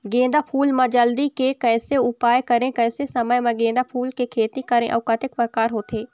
गेंदा फूल मा जल्दी के कैसे उपाय करें कैसे समय मा गेंदा फूल के खेती करें अउ कतेक प्रकार होथे?